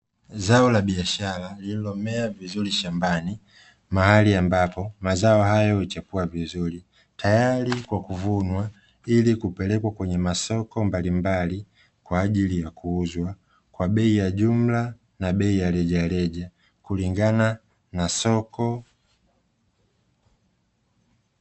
Zao la biashara lllilomea vizuri shambani mahali ambapo mazao hayo huchepua vizuri tayari kwa kuvunwa, ili kupelewa kwenye masoko mbalimbali kwa ajili ya kuuzwa kwa bei ya jumla na bei ya rejareja kulingana na soko.